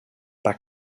pas